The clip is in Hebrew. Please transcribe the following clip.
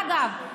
אגב,